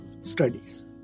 studies